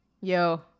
Yo